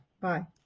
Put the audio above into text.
Bye